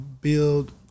build